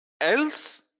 Else